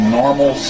normal